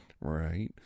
right